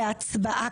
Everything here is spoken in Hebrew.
כבר בהצבעה,